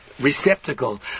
receptacle